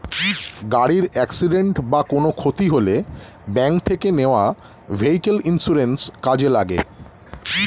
গাড়ির অ্যাকসিডেন্ট বা কোনো ক্ষতি হলে ব্যাংক থেকে নেওয়া ভেহিক্যাল ইন্সুরেন্স কাজে লাগে